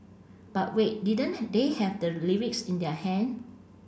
but wait didn't they have the lyrics in their hand